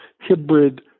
hybrid